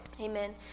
Amen